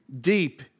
Deep